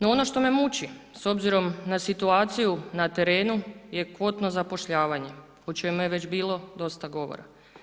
No ono što me muči s obzirom na situaciju na terenu je kvotno zapošljavanje o čemu je već bilo dosta govora.